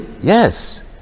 yes